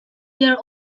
their